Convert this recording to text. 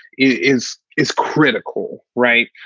is is critical right.